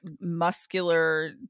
muscular